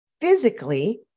physically